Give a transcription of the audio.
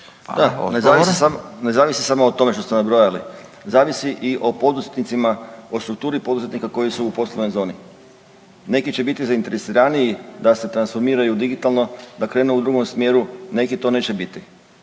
ne zavisi samo o tome što ste nabrojali, zavisi i o poduzetnicima, o strukturi poduzetnika koji su u poslovnoj zoni. Neki će biti zainteresiraniji da se transformiraju digitalno, da krenu u drugom smjeru, neki to neće biti.